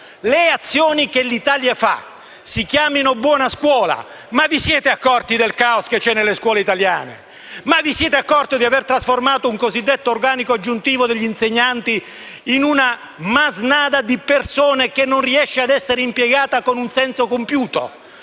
al provvedimento sulla buona scuola. Vi siete accorti del caos che c'è nelle scuole italiane? Vi siete accorti di aver trasformato il cosiddetto organico aggiuntivo degli insegnanti in una masnada di persone che non riesce ad essere impiegata con senso compiuto?